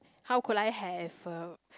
how could I have a